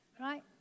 Right